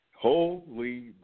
holy